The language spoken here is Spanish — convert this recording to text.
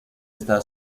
está